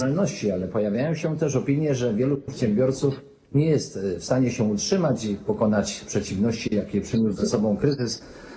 ale pojawiają się też opinie, że wielu przedsiębiorców nie jest w stanie się utrzymać i pokonać przeciwności, jakie przyniósł ze sobą kryzys.